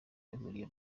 bihuriye